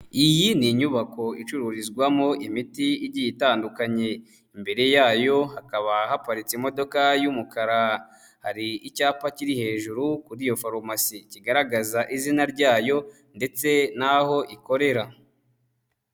Iyi ni inyubako icururizwamo imiti igiye itandukanye, imbere yayo hakaba haparitse imodoka y'umukara, hari icyapa kiri hejuru kuri iyo farumasi kigaragaza izina ryayo ndetse n'aho ikorera.